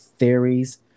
Theories